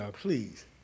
please